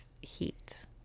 heat